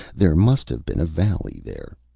there must have been a valley there.